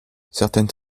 certaines